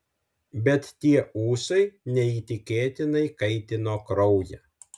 bet tie ūsai neįtikėtinai kaitino kraują